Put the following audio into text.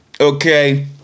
okay